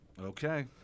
okay